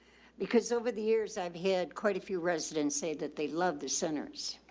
because over the years i've had quite a few residents say that they love their centers.